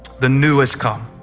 the new has come.